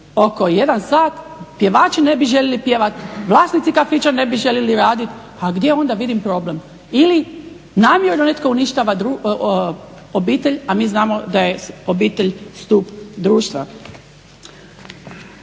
oko jedan sat, pjevači ne bi željeli pjevati, vlasnici kafića ne bi željeli raditi, a gdje onda vidimo problem? Ili namjerno netko uništava obitelj, a mi znamo da je obitelj …/Ne razumije